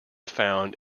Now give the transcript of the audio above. found